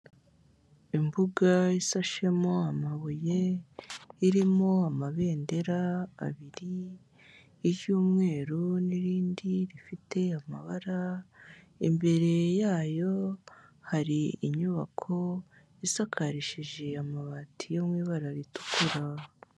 Imbuga isashemo amabuye irimo amabendera abiri iy'umweru n'irindi rifite amabara, imbere yayo hari inyubako isakarishije amabati yo mu ibara ritukura.